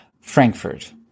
Frankfurt